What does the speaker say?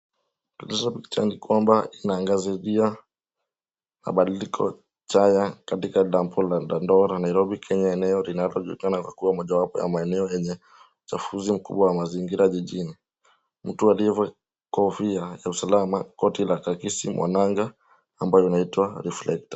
Mtazamo wa picha ni kwamba inaangazilia mabadiliko jaya katika dampu la Dandora Nairobi Kenya eneo linalojulikana kuwa eneo lenye uchafuzi mkubwa wa mazingira jijini. Mtu aliyevaa kofia ya usalama, koti la kuakisi mwananga ambayo inaitwa reflector.